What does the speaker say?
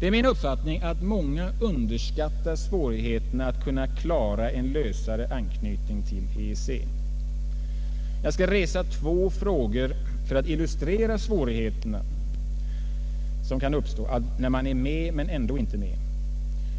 Det är min uppfattning att många underskattar svårigheterna att kunna klara en lösare anknytning till EEC. Jag skall anföra två exempel för att illustrera de svårigheter som kan uppstå när man är med men ändå inte är med.